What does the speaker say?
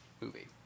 movie